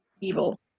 evil